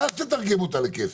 ואז תתרגם אותה לכסף.